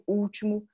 último